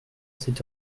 cette